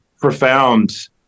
profound